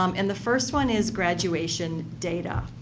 um and the first one is graduation data.